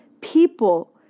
people